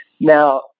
Now